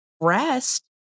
rest